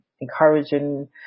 encouraging